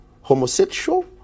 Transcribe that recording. homosexual